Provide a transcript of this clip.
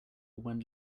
when